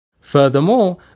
Furthermore